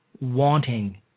wanting